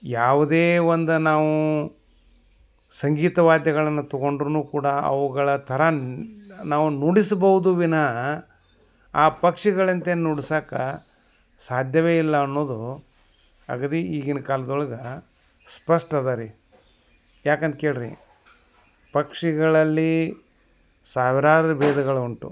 ಯಾವುದೇ ಒಂದು ನಾವು ಸಂಗೀತವಾದ್ಯಗಳನ್ನು ತೊಗೊಂಡ್ರೂ ಕೂಡ ಅವುಗಳ ಥರ ನ್ ನಾವು ನುಡಿಸ್ಬೌದು ವಿನಃ ಆ ಪಕ್ಷಿಗಳಿಂತೆ ನುಡ್ಸಕ್ಕೆ ಸಾಧ್ಯವೇ ಇಲ್ಲ ಅನ್ನೋದು ಅಗದೀ ಈಗಿನ ಕಾಲ್ದೊಳ್ಗೆ ಸ್ಪಷ್ಟ ಇದೆ ರೀ ಯಾಕಂತ ಕೇಳಿರಿ ಪಕ್ಷಿಗಳಲ್ಲಿ ಸಾವಿರಾರು ಭೇದಗಳುಂಟು